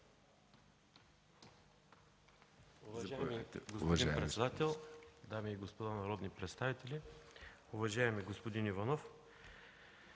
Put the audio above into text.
Уважаеми господин председател, дами и господа народни представители, уважаеми господин Иванов!